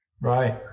Right